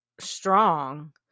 Strong